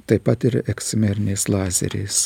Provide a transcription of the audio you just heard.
taip pat ir eksimeriniais lazeris